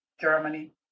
Germany